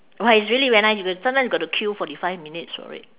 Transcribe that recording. !wah! it's really very nice you know sometimes you got to queue forty five minutes for it